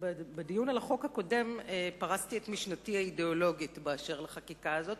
בדיון על החוק הקודם פרסתי את משנתי האידיאולוגית באשר לחקיקה הזאת